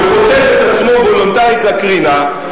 וחושף את עצמו וולונטרית לקרינה,